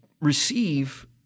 receive